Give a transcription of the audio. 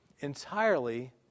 entirely